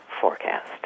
forecast